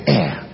air